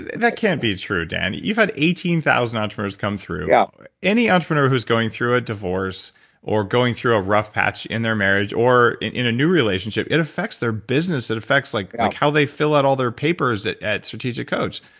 that can't be true, dan. you've had eighteen thousand entrepreneurs come through any entrepreneur who's going through a divorce or going through a rough patch in their marriage or in a new relationship, it affects their business. it affects like like how they fill out all their papers at strategic coach.